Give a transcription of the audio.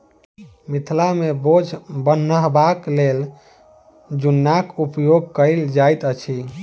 मिथिला मे बोझ बन्हबाक लेल जुन्नाक उपयोग कयल जाइत अछि